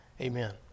amen